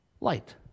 Light